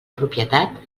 propietat